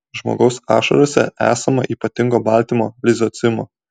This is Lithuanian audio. žmogaus ašarose esama ypatingo baltymo lizocimo